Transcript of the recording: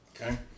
Okay